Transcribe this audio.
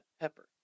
pepper